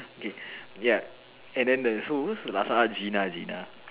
okay ya and then the so who's the last one ah Gina Gina